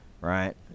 right